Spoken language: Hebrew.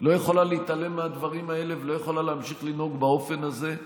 לא יכולה להתעלם מהדברים האלה ולא יכולה להמשיך לנהוג באופן הזה.